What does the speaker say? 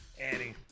annie